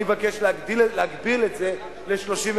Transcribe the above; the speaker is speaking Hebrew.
אני מבקש להגביל את זה ל-35%.